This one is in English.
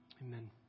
Amen